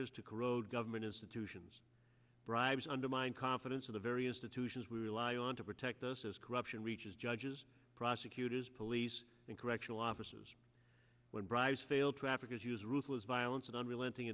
corrode government institutions bribes undermine confidence of the very institutions we rely on to protect us as corruption reaches judges prosecutors police and correctional officers when bribes fail traffickers use ruthless violence and unrelenting